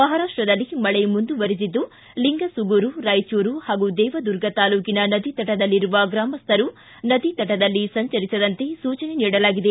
ಮಹಾರಾಷ್ಟದಲ್ಲಿ ಮಳೆ ಮುಂದುವರೆದಿದ್ದು ಲಿಂಗಸೂಗೂರು ರಾಯಚೂರು ಹಾಗೂ ದೇವದುರ್ಗ ತಾಲೂಕಿನ ನದಿ ತಟದಲ್ಲಿರುವ ಗ್ರಾಮಸ್ವರು ನದಿ ತಟದಲ್ಲಿ ಸಂಚರಿಸದಂತೆ ಸೂಚನೆ ನೀಡಲಾಗಿದೆ